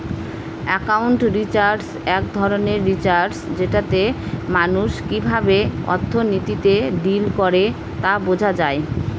accounting research এক ধরনের research যেটাতে মানুষ কিভাবে অর্থনীতিতে ডিল করে তা বোঝা যায়